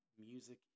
music